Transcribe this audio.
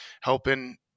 helping